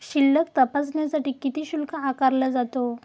शिल्लक तपासण्यासाठी किती शुल्क आकारला जातो?